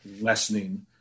lessening